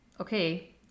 okay